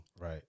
Right